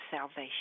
salvation